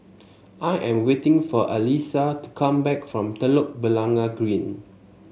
I am waiting for Alissa to come back from Telok Blangah Green